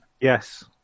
Yes